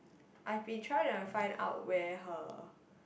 I've been trying to find out where her